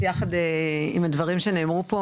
התפיסה הג'נדריאלית,